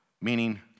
meaning